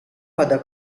pada